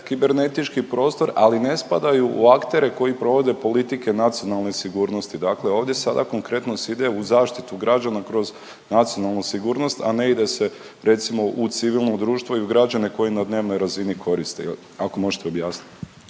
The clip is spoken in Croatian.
kibernetički prostor, ali ne spadaju u aktere koji provode politike nacionalne sigurnosti. Dakle ovdje sada konkretno se ide u zaštitu građana kroz nacionalnu sigurnost, a ne ide se, recimo, u civilno društvo i građane koji na dnevnoj razini koriste. Ako možete objasniti.